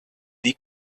die